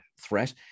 threat